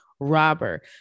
robber